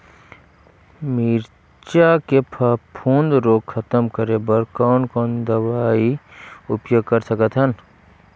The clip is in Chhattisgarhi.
मिरचा के फफूंद रोग खतम करे बर कौन कौन दवई उपयोग कर सकत हन?